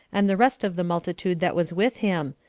and the rest of the multitude that was with him,